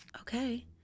Okay